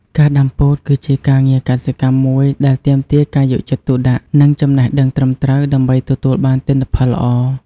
ការដាំពោតគឺជាការងារកសិកម្មមួយដែលទាមទារការយកចិត្តទុកដាក់ និងចំណេះដឹងត្រឹមត្រូវ ដើម្បីទទួលបានទិន្នផលល្អ។